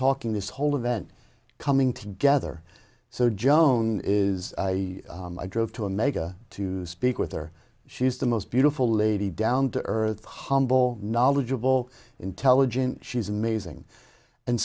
talking this whole event coming together so joan is i drove to a mega to speak with her she's the most beautiful lady down to earth humble knowledgeable intelligent she's amazing and